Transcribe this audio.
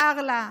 שר לה,